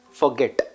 forget